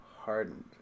hardened